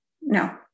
no